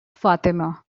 fatima